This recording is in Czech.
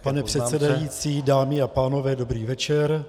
Pane předsedající, dámy a pánové, dobrý večer.